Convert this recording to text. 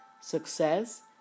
success